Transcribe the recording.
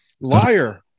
liar